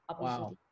Wow